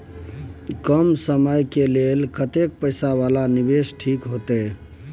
कम समय के लेल कतेक पैसा वाला निवेश ठीक होते?